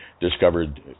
discovered